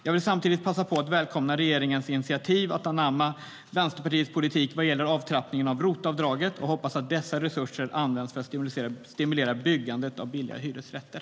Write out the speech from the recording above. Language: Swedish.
Jag vill samtidigt passa på att välkomna regeringens initiativ att anamma Vänsterpartiets politik vad gäller en avtrappning av ROT-avdraget och hoppas att dessa resurser används för att stimulera byggandet av billiga hyresrätter.